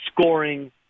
scoring